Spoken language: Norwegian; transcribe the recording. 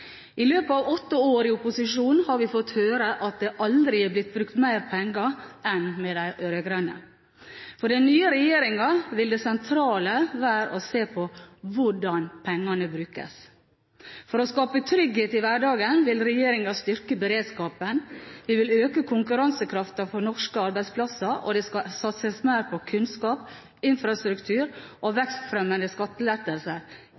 I løpet av åtte år i opposisjon har vi fått høre at det aldri er blitt brukt mer penger enn med de rød-grønne. For den nye regjeringen vil det sentrale være å se på hvordan pengene brukes. For å skape trygghet i hverdagen vil regjeringen styrke beredskapen. Vi vil øke konkurransekraften for norske arbeidsplasser, og det skal satses mer på kunnskap, infrastruktur og